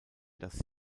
das